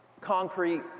concrete